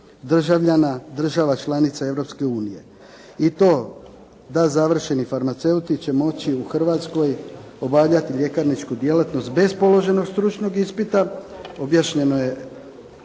državljana država članica Europske unije. I to da završeni farmaceuti će moći u Hrvatskoj moći obavljati ljekarničku djelatnost bez položenog stručnog ispita, objašnjeno je